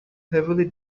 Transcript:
heavily